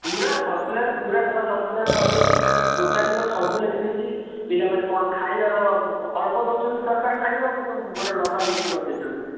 ପୂରା ସରକୁଲାର ପୂରା ନୂଆ ସରକୁଲାର କରିଦେଇଛି ଟୋଟାଲି ପୂରା ସବୁ ଲେଖି ଦେଇଛି ପିଲାମାନେ କଣ ଖାଇବାର ଅଳ୍ପ ଦେଉଛନ୍ତି ସରକାର ଖାଇବକୁ କିନ୍ତୁ ଲମ୍ବା ଲିଷ୍ଟ କରି ଦେଇଛନ୍ତି